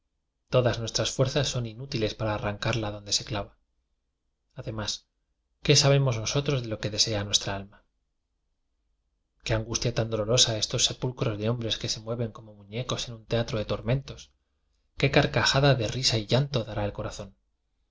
todas nuestras fuerzas son inútiles para arrancarla donde se clava además qué sabemos nosotros lo que desea nuestra alma qué angustia tan dolorosa estos sepul cros de hombres que se mueven como mu ñecos en un teatro de tormentos qué car cajadas de risa y llanto dará el corazón